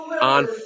on